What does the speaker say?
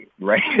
Right